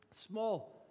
small